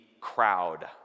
crowd